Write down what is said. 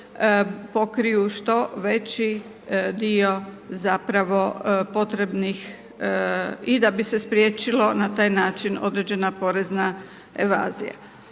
pokriju što veći dio zapravo potrebnih, i da bi se spriječilo na taj način određena porezna evazija.